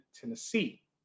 Tennessee